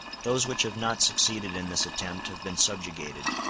those which have not succeeded in this attempt have been subjugated.